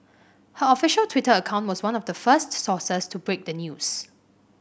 her official Twitter account was one of the first sources to break the news